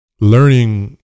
learning